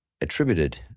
attributed